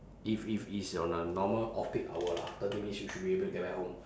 if if it's on a normal off peak hour lah thirty minutes you should be able to get back home